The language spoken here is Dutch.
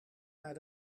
naar